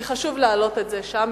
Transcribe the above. כי חשוב להעלות את זה שם,